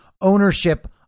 ownership